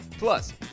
Plus